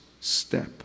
step